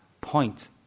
point